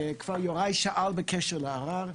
יוראי כבר שאל בקשר לערר.